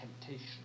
temptation